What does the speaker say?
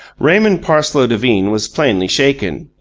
raymond parsloe devine was plainly shaken,